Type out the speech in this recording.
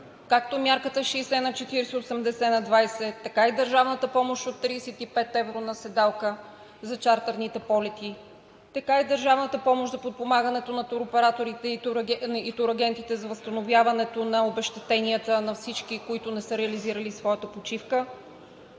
както мярката 60/40, 80/20; така и държавната помощ от 35 евро на седалка за чартърните полети; така и държавната помощ за подпомагането на туроператорите и турагентите за възстановяването на обезщетенията на всички, които не са реализирали своята почивка;